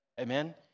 Amen